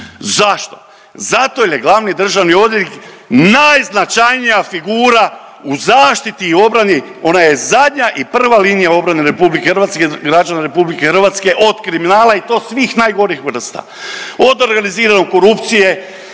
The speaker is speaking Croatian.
Zašto? Zato jel je glavni državni odvjetnik najznačajnija figura u zaštiti i obrani, ona je zadnja i prva linija obrane RH, građana RH od kriminala i to svih najgorih vrsta, od organizirane korupcije,